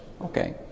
Okay